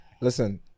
listen